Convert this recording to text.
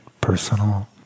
personal